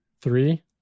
three